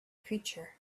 creature